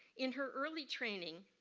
in her early training